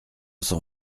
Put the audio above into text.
cent